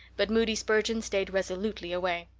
but moody spurgeon stayed resolutely away.